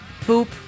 poop